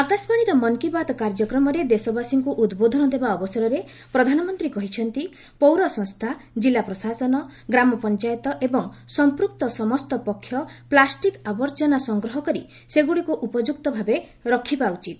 ଆକାଶବାଣୀର ମନ୍ କୀ ବାତ୍ କାର୍ଯ୍ୟକ୍ରମରେ ଦେଶବାସୀଙ୍କୁ ଉଦ୍ବୋଦନ ଦେବା ଅବସରରେ ପ୍ରଧାନମନ୍ତ୍ରୀ କହିଛନ୍ତି ପୌରସଂସ୍ଥା କିଲ୍ଲା ପ୍ରଶାସନ ଗ୍ରାମ ପଞ୍ଚାୟତ ଏବଂ ସମ୍ପୁକ୍ତ ସମସ୍ତ ପକ୍ଷ ପ୍ଲାଷ୍ଟିକ୍ ଆବର୍ଜନା ସଂଗ୍ରହ କରି ସେଗୁଡ଼ିକୁ ଉପଯୁକ୍ତ ଭାବେ ରଖିବା ଉଚିତ